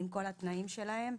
עם כל התנאים שלהם,